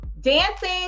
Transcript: dancing